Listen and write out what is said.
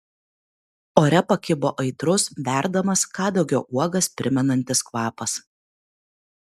ore pakibo aitrus verdamas kadagio uogas primenantis kvapas